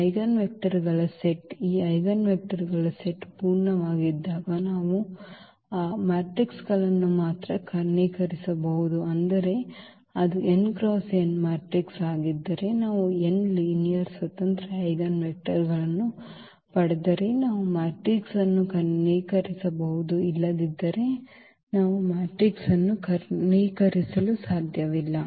eigen ವೆಕ್ಟರ್ಗಳ set ಈ eigen ವೆಕ್ಟರ್ಗಳ ಸೆಟ್ ಪೂರ್ಣವಾಗಿದ್ದಾಗ ನಾವು ಆ ಮ್ಯಾಟ್ರಿಕ್ಗಳನ್ನು ಮಾತ್ರ ಕರ್ಣೀಕರಿಸಬಹುದು ಅಂದರೆ ಅದು n × n ಮ್ಯಾಟ್ರಿಕ್ಸ್ ಆಗಿದ್ದರೆ ನಾವು n ಲೀನಿಯರಿ ಸ್ವತಂತ್ರ ಐಜೆನ್ ವೆಕ್ಟರ್ಗಳನ್ನು ಪಡೆದರೆ ನಾವು ಮ್ಯಾಟ್ರಿಕ್ಸ್ ಅನ್ನು ಕರ್ಣೀಕರಿಸಬಹುದು ಇಲ್ಲದಿದ್ದರೆ ನಾವು ಮ್ಯಾಟ್ರಿಕ್ಸ್ ಅನ್ನು ಕರ್ಣೀಕರಿಸಲು ಸಾಧ್ಯವಿಲ್ಲ